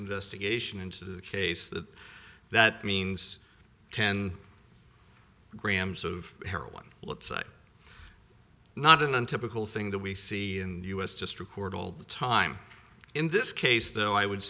investigation into the case that that means ten grams of heroin let's not untypical thing that we see in us just record all the time in this case though i would